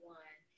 one